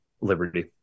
Liberty